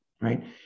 right